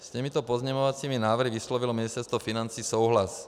S těmito pozměňovacími návrhy vyslovilo Ministerstvo financí souhlas.